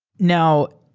now,